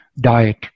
diet